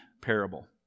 parable